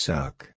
Suck